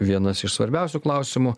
vienas iš svarbiausių klausimų